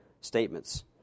statements